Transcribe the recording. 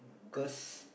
cause